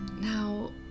Now